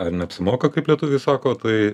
ar neapsimoka kaip lietuviai sako tai